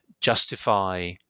justify